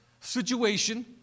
situation